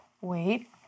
Wait